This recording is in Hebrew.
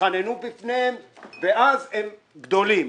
תתחננו בפניהם ואז הם גדולים.